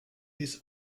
his